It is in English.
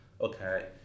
okay